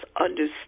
understand